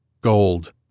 gold